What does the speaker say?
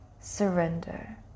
Surrender